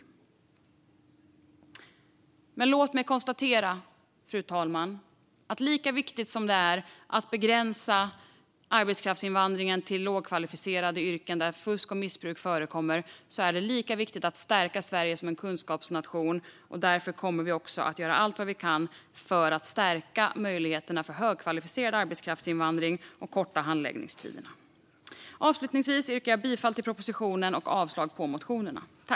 Men, fru talman, låt mig konstatera att lika viktigt som det är att begränsa arbetskraftsinvandringen till lågkvalificerade yrken där fusk och missbruk förekommer är det att stärka Sverige som kunskapsnation. Därför kommer vi att göra allt vi kan för att stärka möjligheterna för högkvalificerad arbetskraftsinvandring och korta handläggningstiderna. Avslutningsvis yrkar jag bifall till propositionen och avslag på motionerna.